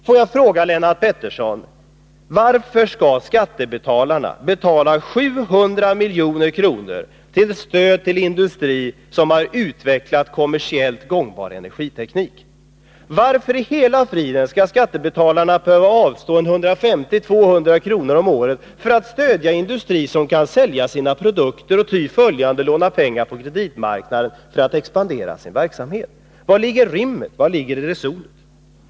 Får jag fråga Lennart Pettersson: Varför skall skattebetalarna betala 700 milj.kr. för stöd till industri som har utvecklat kommersiellt gångbar energiteknik? Varför i hela friden skall skattebetalarna behöva avstå 150-200 kr. om året för att stödja industri som kan sälja sina produkter och därigenom kan låna pengar på kreditmarknaden för att expandera sin verksamhet? Ligger det någon som helst rim och reson i en sådan politik?